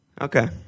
Okay